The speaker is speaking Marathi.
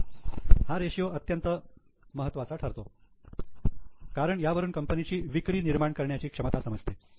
म्हणून हा रेषीयो अत्यंत महत्त्वाचा ठरतो कारण यावरून कंपनीची विक्री निर्माण करण्याची क्षमता समजते